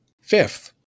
fifth